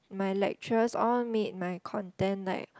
my lecturers all made my content like